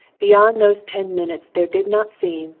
beyond those ten minutes there did not seem,